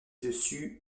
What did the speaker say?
dessus